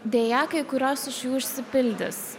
deja kai kurios iš jų išsipildys